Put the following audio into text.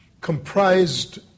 comprised